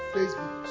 Facebook